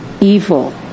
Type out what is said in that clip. evil